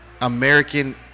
american